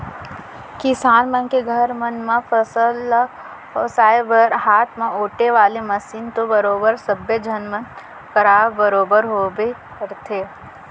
किसान मन के घर मन म फसल ल ओसाय बर हाथ म ओेटे वाले मसीन तो बरोबर सब्बे झन मन करा बरोबर होबे करथे